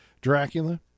Dracula